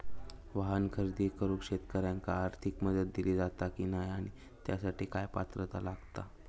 वाहन खरेदी करूक शेतकऱ्यांका आर्थिक मदत दिली जाता की नाय आणि त्यासाठी काय पात्रता लागता?